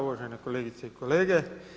Uvažene kolegice i kolege.